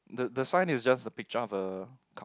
the the sign is just the picture of a cup